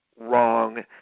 wrong